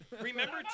Remember